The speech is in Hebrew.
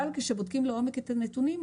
אבל כשבודקים לעומק את הנתונים,